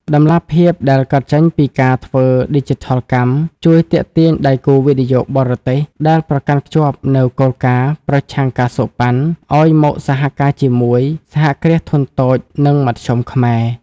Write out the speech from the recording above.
តម្លាភាពដែលកើតចេញពីការធ្វើឌីជីថលកម្ម ជួយទាក់ទាញដៃគូវិនិយោគបរទេសដែលប្រកាន់ខ្ជាប់នូវគោលការណ៍ "ប្រឆាំង ការសូកប៉ាន់" ឱ្យមកសហការជាមួយ សហគ្រាសធុនតូច និងមធ្យម ខ្មែរ។